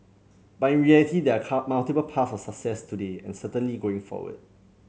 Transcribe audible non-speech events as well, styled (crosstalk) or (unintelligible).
but in reality there are (unintelligible) multiple path of success today and certainly going forward